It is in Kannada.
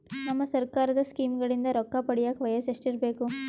ನಮ್ಮ ಸರ್ಕಾರದ ಸ್ಕೀಮ್ಗಳಿಂದ ರೊಕ್ಕ ಪಡಿಯಕ ವಯಸ್ಸು ಎಷ್ಟಿರಬೇಕು?